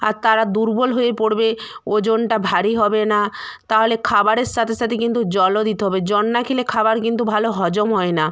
আর তারা দুর্বল হয়ে পড়বে ওজনটা ভারী হবে না তাহলে খাবারের সাথে সাথে কিন্তু জলও দিতে হবে জল না খেলে খাবার কিন্তু ভালো হজম হয় না